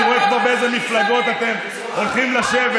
אני רואה כבר באיזה מפלגות אתם הולכים לשבת.